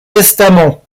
testament